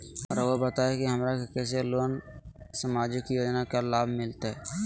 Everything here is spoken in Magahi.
रहुआ बताइए हमरा के कैसे सामाजिक योजना का लाभ मिलते?